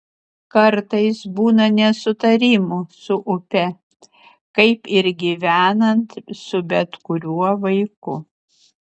kartais būna nesutarimų su upe kaip ir gyvenant su bet kuriuo vaiku